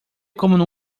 como